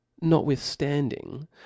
notwithstanding